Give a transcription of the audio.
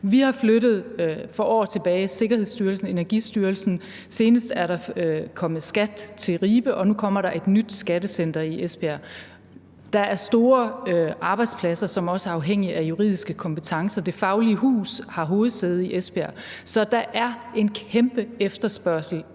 Vi har for år tilbage flyttet Sikkerhedsstyrelsen, Energistyrelsen. Senest er der kommet skatteforvaltning til Ribe, og nu kommer der et nyt skattecenter i Esbjerg. Der er store arbejdspladser, som også er afhængige af juridiske kompetencer. Det Faglige Hus har hovedsæde i Esbjerg. Så der er en kæmpe efterspørgsel